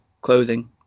clothing